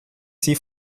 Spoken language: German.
sie